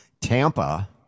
Tampa